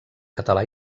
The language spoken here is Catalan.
català